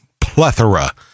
plethora